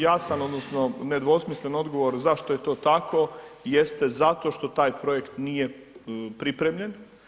Jasan odnosno nedvosmislen odgovor zašto je to tako jeste zato što taj projekt nije pripremljen.